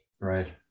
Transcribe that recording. Right